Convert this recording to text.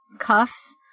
Cuffs